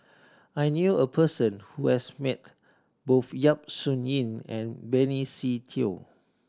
I knew a person who has met both Yap Su Yin and Benny Se Teo